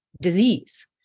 disease